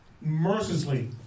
mercilessly